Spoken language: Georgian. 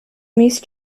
მის